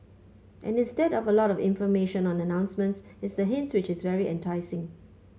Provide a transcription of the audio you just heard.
and instead of a lot of information on announcements it's the hints which is very enticing